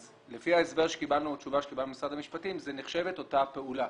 אז לפי התשובה שקיבלנו ממשרד המשפטים זה נחשב אותה פעולה,